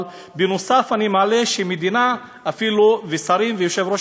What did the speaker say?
אני מעלה שהמדינה אפילו ושרים ויושב-ראש